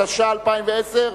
התש"ע 2010,